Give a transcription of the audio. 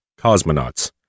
cosmonauts